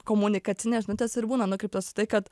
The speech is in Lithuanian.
komunikacinės žinutės ir būna nukreiptos į tai kad